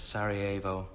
Sarajevo